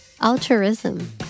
Altruism